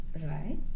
Right